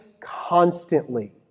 constantly